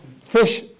fish